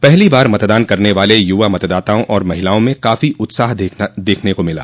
पहली बार मतदान करने वाले युवा मतदाताओं और महिलाओं में काफी उत्साह देखा गया